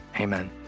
amen